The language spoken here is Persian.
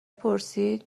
پرسید